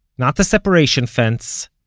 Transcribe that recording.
not the separation fence,